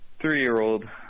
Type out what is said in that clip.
three-year-old